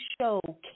show